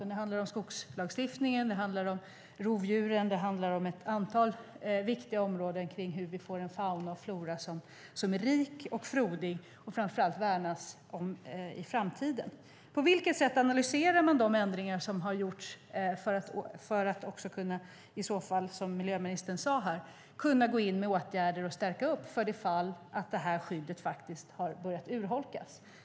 Det handlar om skogslagstiftningen och om rovdjuren, och det handlar om ett antal viktiga områden som gäller hur vi får en fauna och flora som är rik och frodig och som det framför allt värnas om i framtiden. På vilket sätt analyserar man de ändringar som har gjorts för att i så fall, som miljöministern sade här, kunna gå in med åtgärder och stärka upp för det fall att detta skydd har börjat urholkas?